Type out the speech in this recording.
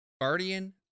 Guardian